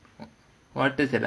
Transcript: what is your uncle working as